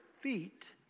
feet